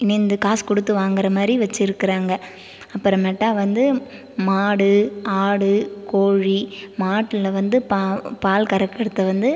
இணைந்து காசு கொடுத்து வாங்கிற மாதிரி வச்சுருக்குறாங்க அப்புறமேட்டா வந்து மாடு ஆடு கோழி மாட்டில் வந்து பால் கறக்கிறத வந்து